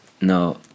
No